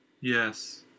Yes